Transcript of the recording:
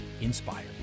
inspired